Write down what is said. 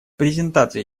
презентации